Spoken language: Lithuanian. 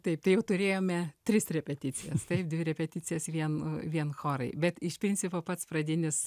taip tai jau turėjome tris repeticijas dvi repeticijas vien vien chorai bet iš principo pats pradinis